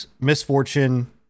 misfortune